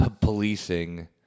policing